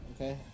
okay